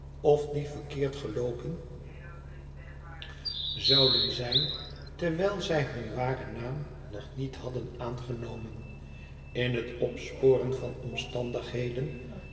of die verkeerd gelbopen zijn terwijl zij hun waren naam nog niet hadden aangenomen in het opsporen van omstandigheden